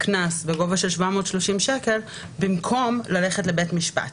קנס בגובה 730 שקלים במקום ללכת לבית משפט,